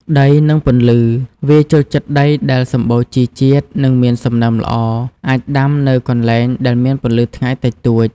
ដី និងពន្លឺ វាចូលចិត្តដីដែលសំបូរជីជាតិ និងមានសំណើមល្អ អាចដាំនៅកន្លែងដែលមានពន្លឺថ្ងៃតិចតួច ។